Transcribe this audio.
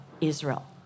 Israel